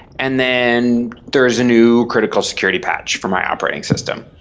and then there is a new critical security patch from my operating system.